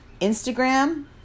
Instagram